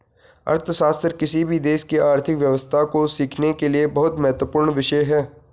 अर्थशास्त्र किसी भी देश की आर्थिक व्यवस्था को सीखने के लिए बहुत महत्वपूर्ण विषय हैं